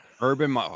Urban